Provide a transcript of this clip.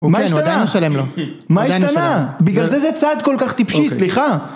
אוקיי, אנחנו עדיין נשלם לו. עדיין נשלם לו. בגלל זה זה צעד כל כך טיפשי, סליחה.